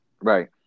Right